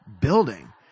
building